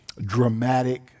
dramatic